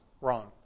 wrong